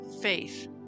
faith